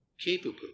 capable